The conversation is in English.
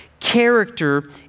Character